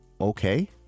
Okay